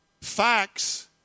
Facts